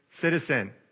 citizen